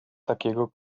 takiego